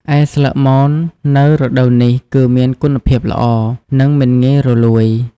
ឯស្លឹកមននៅរដូវនេះគឺមានគុណភាពល្អ និងមិនងាយរលួយ។